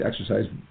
exercise